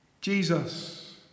Jesus